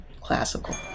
classical